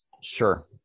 Sure